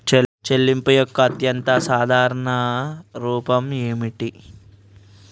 చెల్లింపు యొక్క అత్యంత సాధారణ రూపం ఏమిటి?